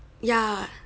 ya